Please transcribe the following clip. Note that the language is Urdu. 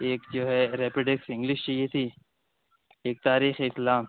ایک جو ہے ریپڈیکس انگلش چاہیے تھی ایک تاریخ اسلام